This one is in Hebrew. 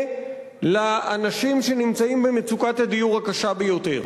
לאנשים שנמצאים במצוקת הדיור הקשה ביותר.